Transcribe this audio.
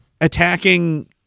attacking